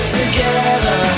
together